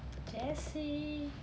jesse